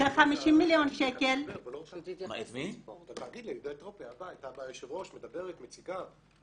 כ-50 מיליון שקל --- היושבת-ראש מדברת, מציגה.